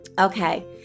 Okay